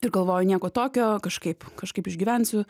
ir galvoju nieko tokio kažkaip kažkaip išgyvensiu